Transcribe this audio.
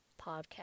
podcast